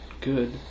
good